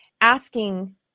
asking